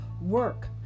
Work